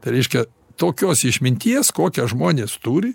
tai reiškia tokios išminties kokią žmonės turi